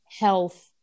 health